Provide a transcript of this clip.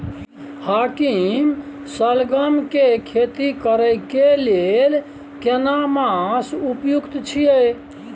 हाकीम सलगम के खेती करय के लेल केना मास उपयुक्त छियै?